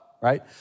right